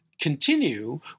continue